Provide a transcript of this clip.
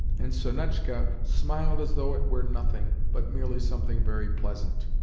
and sonetchka smiled as though it were nothing, but merely something very pleasant!